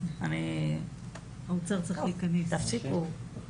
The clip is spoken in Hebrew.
ואני מברכת על הצטרפות חברת הוועדה,